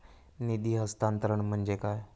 निधी हस्तांतरण म्हणजे काय?